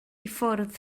ffwrdd